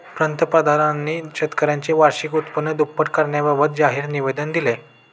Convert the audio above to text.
पंतप्रधानांनी शेतकऱ्यांचे वार्षिक उत्पन्न दुप्पट करण्याबाबत जाहीर निवेदन दिले